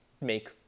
make